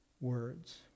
words